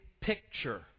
picture